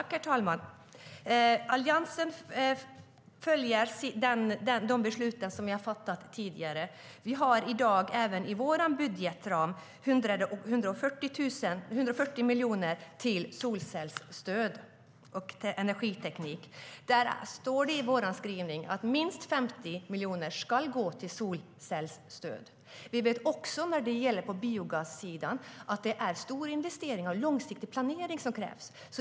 Herr talman! Alliansen följer de beslut som vi har fattat tidigare. Vi har i dag i vår budgetram 140 miljoner till solcellsstöd och till energiteknik. Det står i vår skrivning att minst 50 miljoner ska gå till solcellsstöd. På biogassidan vet vi att det krävs stora investeringar och långsiktig planering.